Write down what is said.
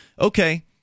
okay